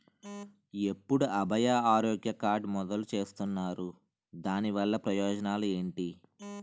ఎప్పుడు అభయ ఆరోగ్య కార్డ్ మొదలు చేస్తున్నారు? దాని వల్ల ప్రయోజనాలు ఎంటి?